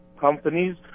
companies